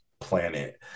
planet